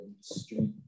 street